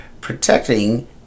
protecting